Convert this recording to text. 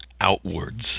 outwards